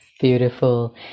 Beautiful